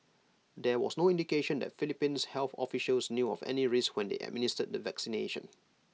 there was no indication that Philippines health officials knew of any risks when they administered the vaccination